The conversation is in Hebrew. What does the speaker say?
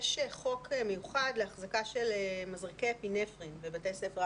יש חוק מיוחד לאחזקה של מזרקי אפינפרין בבתי ספר,